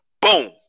Boom